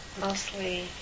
mostly